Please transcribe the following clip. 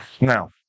Now